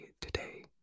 today